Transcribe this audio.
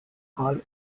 all